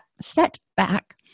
setback